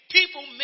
People